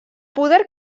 poder